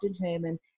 determine